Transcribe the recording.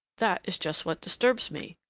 that is just what disturbs me,